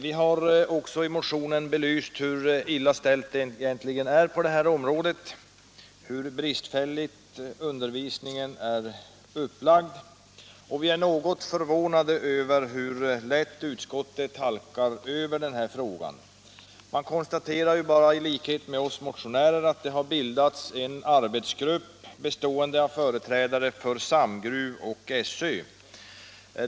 Vi har i motionen belyst hur illa ställt det är på det här området, hur bristfälligt undervisningen är upplagd. Vi är något förvånade över att utskottet så lätt halkar över den här frågan. Det konstaterar bara, såsom även vi motionärer gör, att det har bildats en arbetsgrupp bestående av företrädare för SAMGRUV och SÖ.